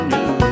New